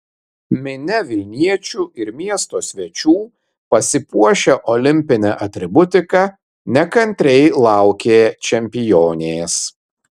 minia vilniečių ir miesto svečių pasipuošę olimpine atributika nekantriai laukė čempionės